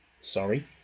Sorry